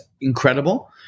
incredible